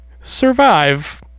Survive